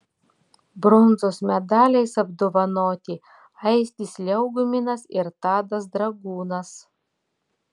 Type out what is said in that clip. bronzos medaliais apdovanoti aistis liaugminas ir tadas dragūnas